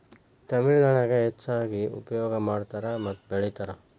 ತಮಿಳನಾಡಿನ್ಯಾಗ ಹೆಚ್ಚಾಗಿ ಉಪಯೋಗ ಮಾಡತಾರ ಮತ್ತ ಬೆಳಿತಾರ